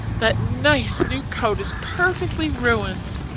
that nice new coat is perfectly ruined